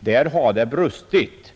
Där har det brustit.